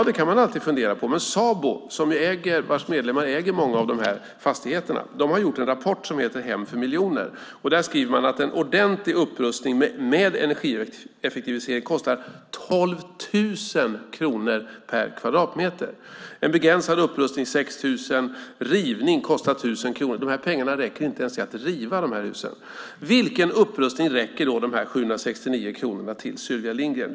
Det kan man förstås fundera på, men Sabo, vars medlemmar äger många av dessa fastigheter, skriver i rapporten Hem för miljoner att en ordentlig upprustning med energieffektivisering kostar 12 000 kronor per kvadratmeter, en begränsad upprustning 6 000 kronor och rivning 1 000 kronor. Pengarna räcker alltså inte ens till att riva dessa hus. Vilken upprustning räcker de 769 kronorna till, Sylvia Lindgren?